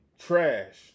Trash